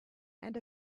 and